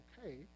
okay